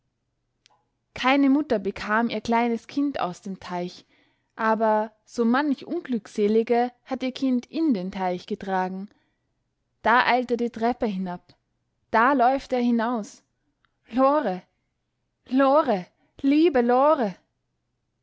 keine mutter bekam ihr kleines kind aus dem teich aber so manch unglückselige hat ihr kind in den teich getragen da eilt er die treppe hinab da läuft er hinaus lore lore liebe lore